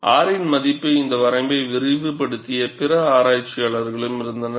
R இன் இந்த வரம்பை விரிவுபடுத்திய பிற ஆராய்ச்சியாளர்களும் இருந்தனர்